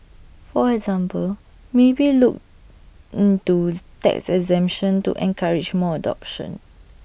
for example maybe look into tax exemption to encourage more adoption